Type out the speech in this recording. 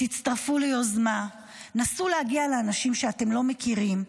תצטרפו ליוזמה, תנסו להגיע לאנשים שאתם לא מכירים,